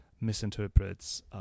misinterprets